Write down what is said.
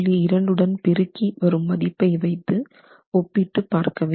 2 உடன் பெருக்கி வரும் மதிப்பை வைத்து ஒப்பிட்டுப் பார்க்க வேண்டும்